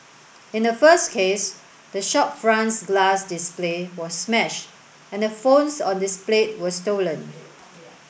in the first case the shop front's glass display was smashed and the phones on displayed were stolen